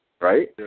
right